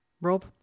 Rob